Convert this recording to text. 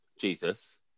Jesus